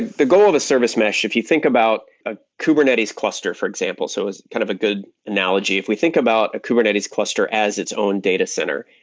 the goal of a service mesh, if you think about a kubernetes cluster, for example, so it's kind of a good analogy. if we think about a kubernetes cluster as its own data center,